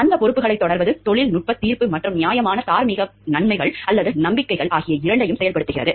அந்தப் பொறுப்புகளைத் தொடர்வது தொழில்நுட்பத் தீர்ப்பு மற்றும் நியாயமான தார்மீக நம்பிக்கைகள் ஆகிய இரண்டையும் செயல்படுத்துகிறது